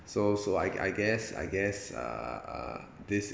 so so I I guess I guess uh uh uh this